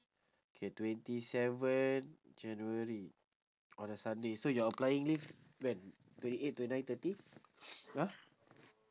K twenty seven january on a sunday so you're applying leave when twenty eight twenty nine thirty !huh!